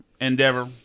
endeavor